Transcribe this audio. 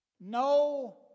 No